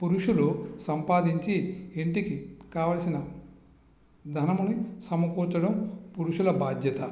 పురుషులు సంపాదించి ఇంటికి కావాల్సిన ధనముని సమకూర్చడం పురుషుల బాధ్యత